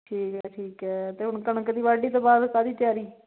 ਠੀਕ ਹੈ ਠੀਕ ਹੈ ਅਤੇ ਹੁਣ ਕਣਕ ਦੀ ਵਾਢੀ ਤੋਂ ਬਾਅਦ ਕਾਹਦੀ ਤਿਆਰੀ